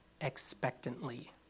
expectantly